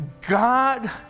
God